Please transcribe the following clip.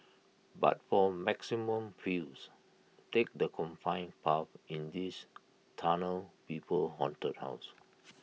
but for maximum feels take the confined path in this tunnel people Haunted house